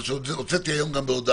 מה שגם הוצאתי היום בהודעה: